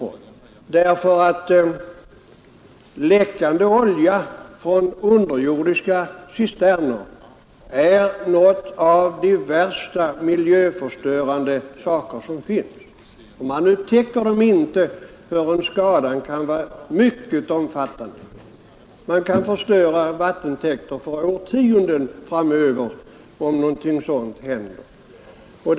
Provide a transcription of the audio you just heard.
Olja som läcker ut från underjordiska cisterner är nämligen en av de allra värsta miljöförstörare som finns, och ofta upptäcker man inte vad som skett förrän skadan har hunnit bli mycket omfattande. Om något sådant händer kan vattentäkter bli förstörda för årtionden framöver.